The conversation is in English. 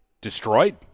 destroyed